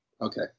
Okay